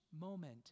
moment